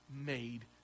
made